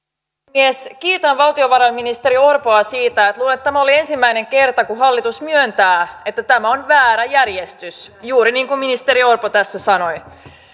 puhemies kiitän valtiovarainministeri orpoa luulen että tämä oli ensimmäinen kerta kun hallitus myöntää että tämä on väärä järjestys juuri niin kuin ministeri orpo tässä sanoi